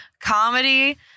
comedy